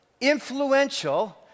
influential